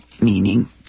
meaning